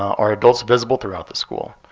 are adults visible throughout the school?